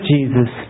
Jesus